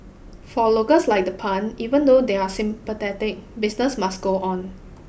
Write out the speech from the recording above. for locals like the Puns even though they're sympathetic business must go on